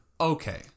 okay